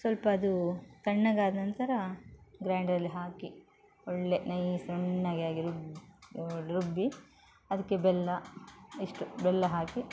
ಸ್ವಲ್ಪ ಅದು ತಣ್ಣಗಾದ ನಂತರ ಗ್ರೈಂಡರಲ್ಲಿ ಹಾಕಿ ಒಳ್ಳೆಯ ನೈಸ್ ನುಣ್ಣಗೆ ಆಗಿ ರುಬ್ಬಿ ರುಬ್ಬಿ ಅದಕ್ಕೆ ಬೆಲ್ಲ ಇಷ್ಟು ಬೆಲ್ಲ ಹಾಕಿ